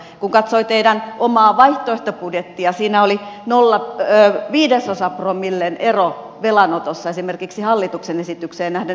kun katsoi teidän omaa vaihtoehtobudjettianne siinä oli viidesosapromillen ero velanotossa esimerkiksi hallituksen esitykseen nähden